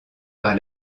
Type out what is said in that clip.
par